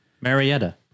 Marietta